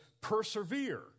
persevere